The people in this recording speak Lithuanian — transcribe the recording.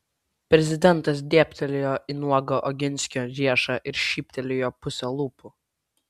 prezidentas dėbtelėjo į nuogą oginskio riešą ir šyptelėjo puse lūpų